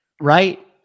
Right